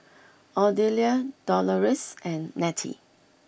Odelia Doloris and Nettie